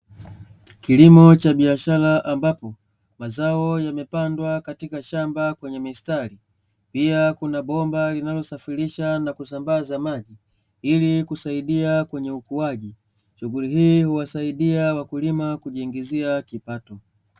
Kilimo cha biashara ambapo mazao yamepandwa katika shamba kwenye mstari, pia kuna bomba linalosafirisha na kusambaza maji ili kusaidia kwenye ukuaji shughuli hii huwasaidia wakulima kujiingizia kipato.